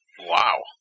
Wow